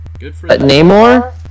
Namor